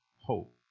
hope